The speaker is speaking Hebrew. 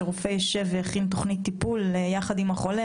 כך שרופא יישב ויכין תוכנית טיפולים יחד עם החולה.